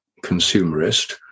consumerist